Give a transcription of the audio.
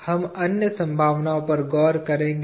हम अन्य संभावनाओं पर गौर करेंगे